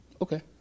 Okay